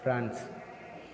France